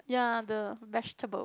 ya the vegetable